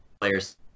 players